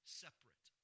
separate